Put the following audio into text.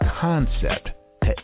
concept